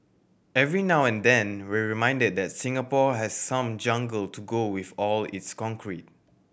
every now and then we're reminded that Singapore has some jungle to go with all its concrete